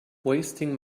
wasting